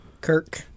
kirk